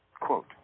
quote